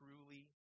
truly